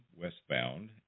Westbound